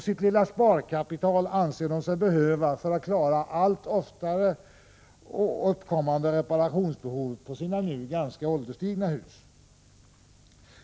Sitt lilla sparkapital anser de sig behöva för att klara allt oftare uppkommande reparationsbehov på sina nu ganska ålderstigna hus.